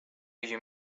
you